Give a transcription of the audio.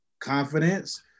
confidence